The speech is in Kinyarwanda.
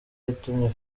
yatumye